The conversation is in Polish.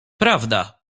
prawda